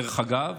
דרך אגב,